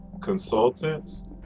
consultants